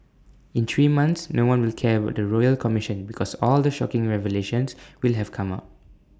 in three months no one will care about the royal commission because all the shocking revelations will have come out